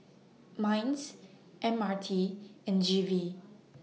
Minds M R T and G V